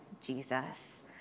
Jesus